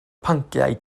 pynciau